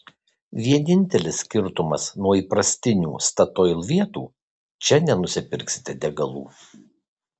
vienintelis skirtumas nuo įprastinių statoil vietų čia nenusipirksite degalų